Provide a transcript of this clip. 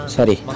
Sorry